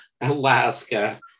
Alaska